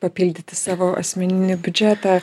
papildyti savo asmeninį biudžetą